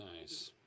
Nice